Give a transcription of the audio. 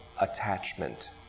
Attachment